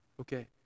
Okay